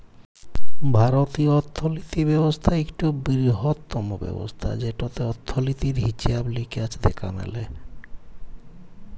ভারতীয় অথ্থলিতি ব্যবস্থা ইকট বিরহত্তম ব্যবস্থা যেটতে অথ্থলিতির হিছাব লিকাস দ্যাখা ম্যালে